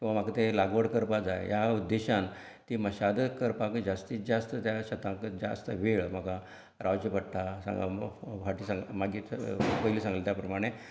किंवां म्हाका तें लागवड करपा जाय ह्या उद्देशान तीं मशागत करपाक जास्तीत ज्यास्त जाणे शेतांक ज्यास्त वेळ म्हाका रावचें पडटा पयली सांगिल्ले त्या प्रमाणे